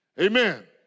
Amen